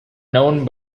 known